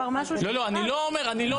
לא, אני לא אומר את זה.